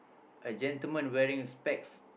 a gentlemen wearing specs